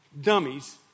dummies